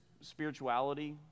spirituality